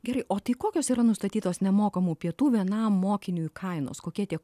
gerai o tai kokios yra nustatytos nemokamų pietų vienam mokiniui kainos kokie tie